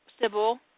Sybil